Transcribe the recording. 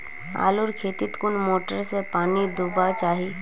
आलूर खेतीत कुन मोटर से पानी दुबा चही?